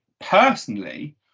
personally